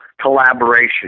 collaboration